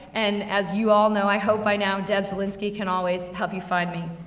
and as you all know, i hope by now, deb zielinski can always help you find me.